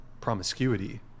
promiscuity